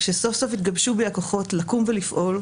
כשסוף-סוף התגבשו בי הכוחות לקום ולפעול,